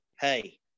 hey